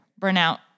Burnout